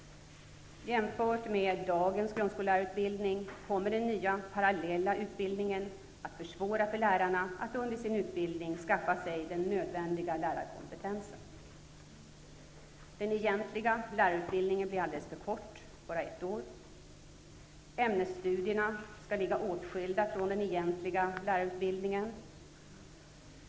Jämfört med dagens grundskollärarutbildning kommer den nya parallella utbildningen att försvåra för lärarna att under sin utbildning skaffa sig den nödvändiga lärarkompetensen. Den egentliga lärarutbildningen blir alldeles för kort, bara ett år. Ämnesstudierna skall ligga åtskilda från den egentliga lärarutbildningen.